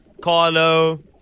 Carlo